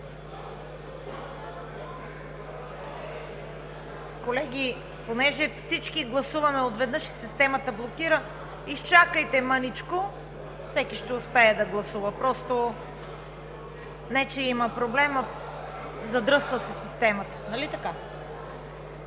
Колеги, понеже всички гласуваме отведнъж, системата блокира. Изчакайте мъничко, всеки ще успее да гласува. Просто не че има проблем, задръства се системата. Нали така?